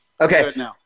Okay